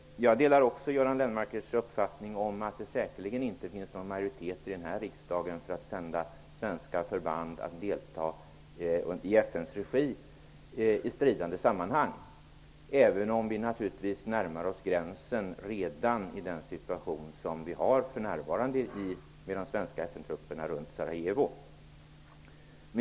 Jag delar också Göran Lennmarkers uppfattning om att det säkerligen inte finns någon majoritet i denna riksdag för att sända svenska förband för att delta i FN:s regi i strider. I den situation som nu föreligger närmar vi oss dock redan gränsen för de svenska FN-trupperna runt Sarajevo.